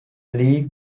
league